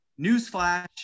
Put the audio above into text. Newsflash